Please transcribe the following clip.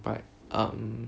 but um